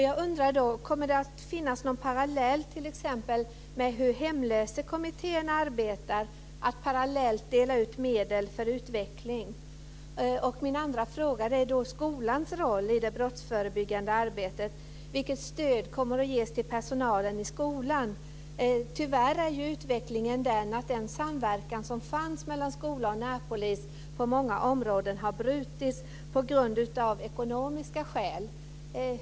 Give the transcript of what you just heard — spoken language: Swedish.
Jag undrar om det kommer att finnas någon parallell t.ex. med hur Hemlösekommittén arbetar, dvs. att man parallellt delar ut medel för utveckling. Min nästa fråga gäller skolans roll i det brottsförebyggande arbetet. Vilket stöd kommer att ges till personalen i skolan? Tyvärr är utvecklingen den att den samverkan som fanns mellan skola och närpolis på många områden har brutits av ekonomiska skäl.